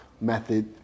method